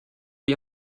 wie